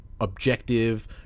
objective